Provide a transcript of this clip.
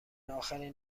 آخرین